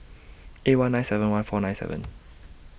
eight one nine seven one four nine seven